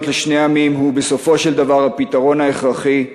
לשני עמים הוא בסופו של דבר הפתרון ההכרחי,